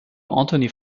anthony